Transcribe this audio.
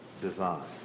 design